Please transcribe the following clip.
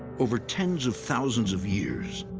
over tens of thousands of years,